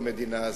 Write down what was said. במדינה הזאת.